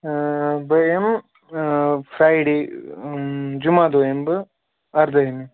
بہٕ یِمہٕ فرٛایڈے جمعہ دۄہ یِمہٕ بہٕ اَرداہأیمہِ